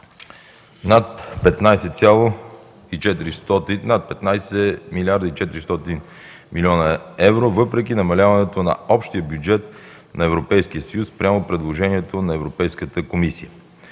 над 15 млрд. 400 млн. евро, въпреки намаляването на общия бюджет на Европейския съюз спрямо предложението на Европейската комисия.